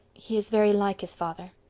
he is very like his father.